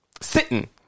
Sitting